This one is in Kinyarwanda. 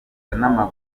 bituma